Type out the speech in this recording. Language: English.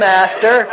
Master